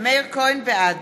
בעד